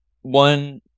one